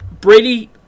Brady